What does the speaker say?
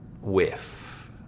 whiff